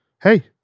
Hey